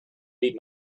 read